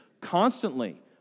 constantly